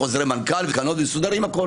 חוזרי מנכ"ל ותקנות, הכול מסודר.